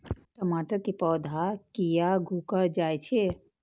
टमाटर के पौधा किया घुकर जायछे?